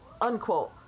Unquote